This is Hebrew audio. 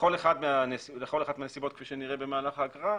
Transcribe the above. לכל אחת מן הסיבות, כפי שנראה במהלך ההקראה,